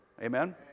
Amen